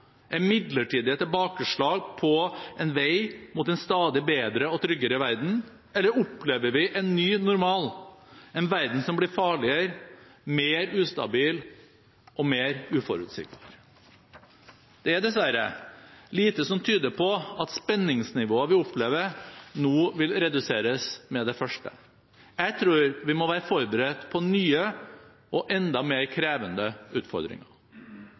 er midlertidige tilbakeslag på en vei mot en stadig bedre og tryggere verden, eller om vi opplever en ny normal, en verden som blir farligere, mer ustabil og mer uforutsigbar. Det er dessverre lite som tyder på at spenningsnivået vi opplever nå, vil reduseres med det første. Jeg tror vi må være forberedt på nye og enda mer krevende utfordringer.